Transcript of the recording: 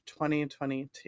2022